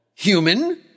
Human